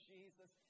Jesus